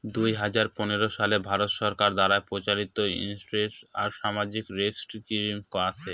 দুই হাজার পনেরো সালে ভারত সরকার দ্বারা প্রযোজিত ইন্সুরেন্স আর সামাজিক সেক্টর স্কিম আছে